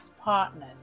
partners